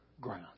ground